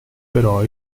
però